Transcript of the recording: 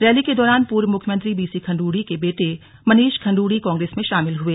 rally के दौरान पूर्व मुख्यमंत्री बीसी खंड्ड़ी के बेटे मनीष खंडूड़ी कांग्रेस में शामिल हुए